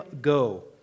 go